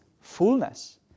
fullness